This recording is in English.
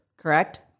Correct